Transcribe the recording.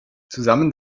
zusammen